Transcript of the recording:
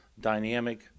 dynamic